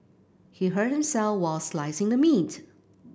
he hurt himself while slicing the meat